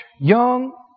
young